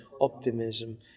optimism